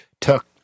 took